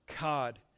God